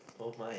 oh my